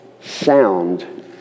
sound